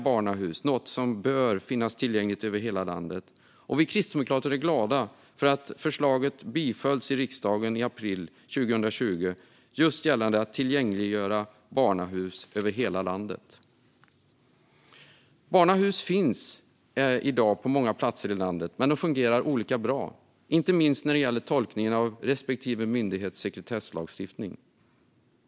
Barnahus bör tillgängliggöras över hela landet, och vi kristdemokrater är därför glada att riksdagen biföll just ett sådant förslag i april 2020. Barnahus finns på många platser i landet men fungerar olika bra, inte minst när det gäller tolkningen av respektive myndighets sekretesslagstiftning.